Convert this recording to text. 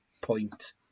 point